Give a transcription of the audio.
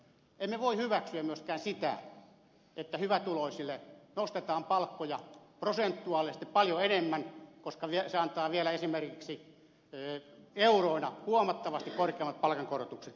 emme voi hyväksyä myöskään sitä että hyvätuloisille nostetaan palkkoja prosentuaalisesti paljon enemmän koska se antaa esimerkiksi euroina vielä huomattavasti korkeammat palkankorotukset